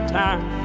time